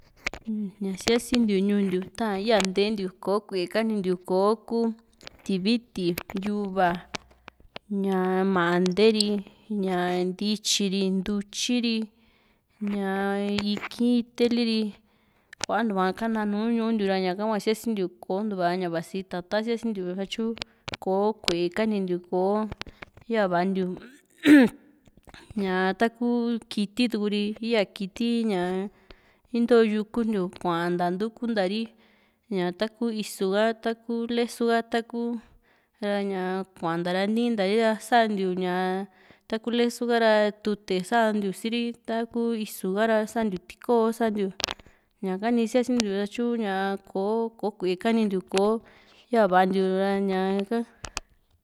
ña siasintiu ñuu ntiu ta yaa ntentiu ta ko ku´e kanintiu kò´o ku tiviti, yuva, ñaa mante ri, ña ntityi ri, ntityi ri, ña ikì´n iteli ri kuantua kana nùù ñuu ntiu ra ñaka hua siasintiu kò´o ntua ña vasi tata´n sia´si ntiu satyu kò´o ku´e kanintiu ko yavantiu ˂noise˃ ña taku kiti tu´ri yaa kiti ntoo ñuu ntiu ku´an nta ntukun ntaa ri ña taku isu ka, taku lesu ha taku, ra´ña niin ta ri saantiu ña taku lesu ha´ra tute santiu sirii, taku isu ha´ra santiu tikoo santiu ñaka ni siasintiu tyu ña kò´o ko kue´e kanintiu yava ntiura ña ika.